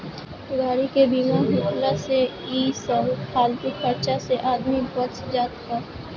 गाड़ी के बीमा होखला से इ सब फालतू खर्चा से आदमी बच जात हअ